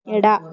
ಎಡ